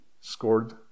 scored